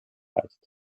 leicht